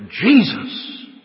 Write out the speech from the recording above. Jesus